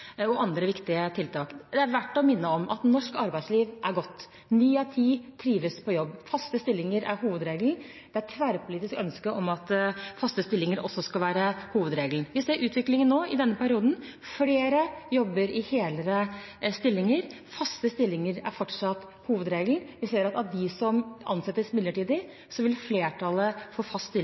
og andre viktige tiltak. Det er verdt å minne om at norsk arbeidsliv er godt. Ni av ti trives på jobb. Faste stillinger er hovedregelen. Det er tverrpolitisk ønske om at faste stillinger skal være hovedregelen. Nå ser vi utviklingen i denne perioden. Flere jobber i hele stillinger, faste stillinger er fortsatt hovedregelen. Vi ser at av dem som ansettes midlertidig, vil flertallet få fast stilling